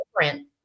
different